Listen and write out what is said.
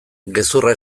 gezurra